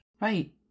Right